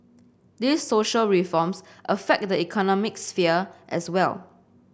these social reforms affect the economic sphere as well